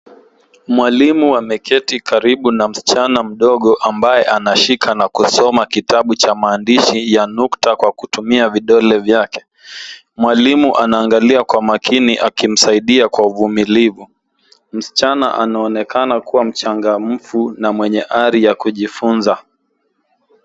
Mwalimu ameketi karibu na msichana mdogo ambaye anashika na kusoma kitabu cha maandishi ya nukta kwa kutumia vidole vyake. Mwalimu anaangalia kwa makini akimsaidia kwa uvumilivu. Msichana anaonekana kuwa mchangamfu na mwenye hari ya kujifunza.